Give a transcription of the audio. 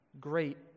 Great